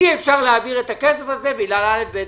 אי אפשר להעביר את הכסף בגלל א'-ב'-ג'.